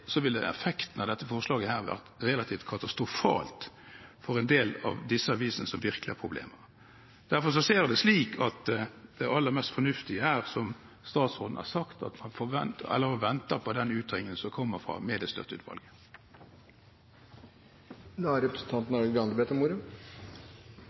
så lenge man ikke gjør det, vil effekten av dette forslaget være relativt katastrofalt for en del av de avisene som virkelig har problemer. Derfor ser jeg det slik at det aller mest fornuftige her, som statsråden har sagt, er å vente på den utredningen som kommer fra Mediemangfoldsutvalget. Bare en kort kommentar til slutt. Vi har